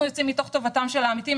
אנחנו יוצאים מתוך טובתם של העמיתים,